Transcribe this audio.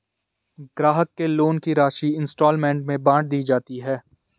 ग्राहक के लोन की राशि इंस्टॉल्मेंट में बाँट दी जाती है